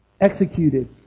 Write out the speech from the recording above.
executed